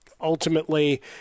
Ultimately